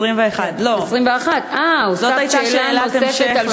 21. 21. לא, זאת הייתה שאלת המשך לשאילתה הקודמת.